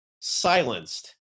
silenced